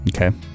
Okay